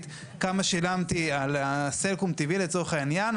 כמה שילמתי על הסלקום טי.וי לצורך העניין,